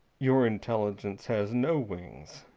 your intelligence has no wings.